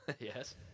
Yes